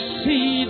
see